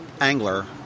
angler